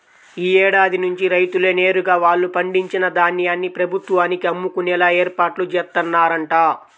యీ ఏడాది నుంచి రైతులే నేరుగా వాళ్ళు పండించిన ధాన్యాన్ని ప్రభుత్వానికి అమ్ముకునేలా ఏర్పాట్లు జేత్తన్నరంట